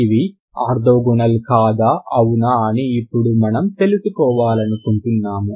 అవి ఆర్తోగోనల్ కాదా అవునా అని ఇప్పుడు మనం తెలుసుకోవాలనుకుంటున్నాము